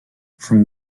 from